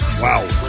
Wow